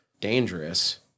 dangerous